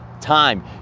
time